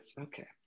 Okay